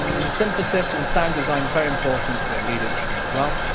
and synthesis and sound design's very important for a lead instrument as well.